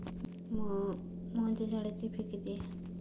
मोहनच्या शाळेची फी किती आहे?